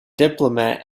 diplomat